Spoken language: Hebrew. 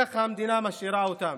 ככה המדינה משאירה אותם.